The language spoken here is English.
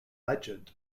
legend